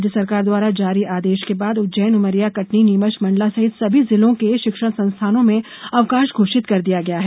राज्य सरकार द्वारा जारी आदेश के बाद उज्जैन उमरिया कटनी नीमच मंडला सहित सभी जिलों के शिक्षण संस्थानों में अवकाश घोषित कर दिया गया है